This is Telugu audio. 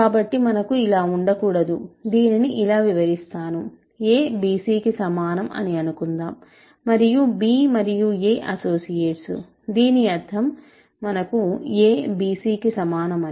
కాబట్టి మనకు ఇలా ఉండకూడదు దీన్ని ఇలా వివరిస్తాను a bc కి సమానం అని అనుకుందాం మరియు b మరియు a అసోసియేట్స్ దీని అర్థం మనకు a bc కి సమానం అని